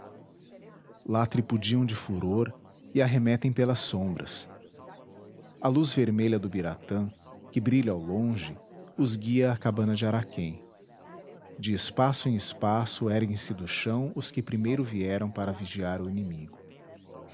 lá tripudiam de furor e arremetem pelas sombras a luz vermelha do ubiratã que brilha ao longe os guia à cabana de araquém de espaço em espaço erguem-se do chão os que primeiro vieram para vigiar o inimigo